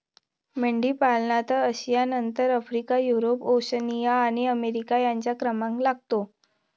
मेंढीपालनात आशियानंतर Africa, Europe, Oceania आणि अमेरिका यांचा क्रमांक लागतो